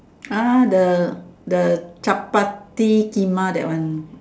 ah the the truck party Timah that one